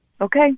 okay